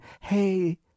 hey